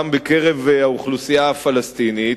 גם בקרב האוכלוסייה הפלסטינית,